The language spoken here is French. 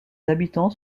habitants